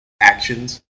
actions